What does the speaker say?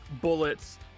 bullets